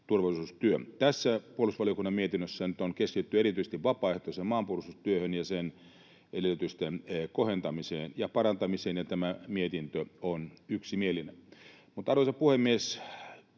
turvallisuustyön. Tässä puolustusvaliokunnan mietinnössä nyt on keskitytty erityisesti vapaaehtoiseen maanpuolustustyöhön ja sen edellytysten kohentamiseen ja parantamiseen, ja tämä mietintö on yksimielinen. Arvoisa puhemies!